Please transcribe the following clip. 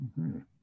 -hmm